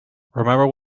remember